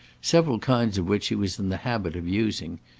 several kinds of which he was in the habit of using.